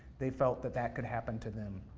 they felt that that could happen to them.